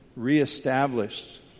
reestablished